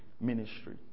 ministry